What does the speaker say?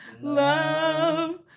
love